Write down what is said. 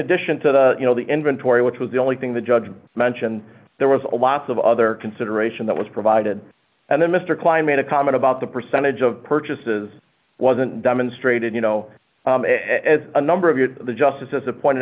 addition to the you know the inventory which was the only thing the judge mentioned there was a lots of other consideration that was provided and then mr klein made a comment about the percentage of purchases wasn't demonstrated you know as a number of the justices appointed